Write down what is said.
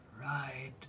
Right